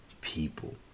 people